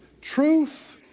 Truth